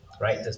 right